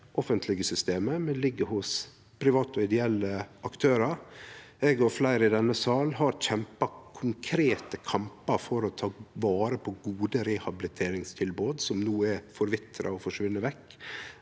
offentlege systemet, men hos private ideelle aktørar. Eg og fleire i denne salen har kjempa konkrete kampar for å ta vare på gode rehabiliteringstilbod som no er forvitra og har forsvunne vekk,